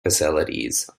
facilities